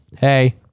Hey